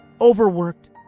overworked